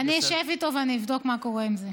אני אשב איתו ואבדוק מה קורה עם זה.